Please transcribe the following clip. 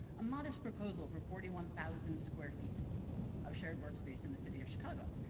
a modest proposal for forty one thousand square feet of shared workspace in the city of chicago.